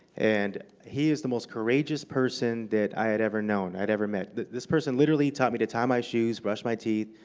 and he's the most courageous person that i had ever known i had ever met. this person literally taught me to tie my shoes, brush my teeth.